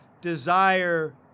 desire